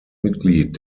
mitglied